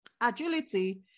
agility